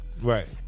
Right